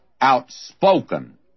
outspoken